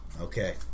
Okay